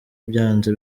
byanze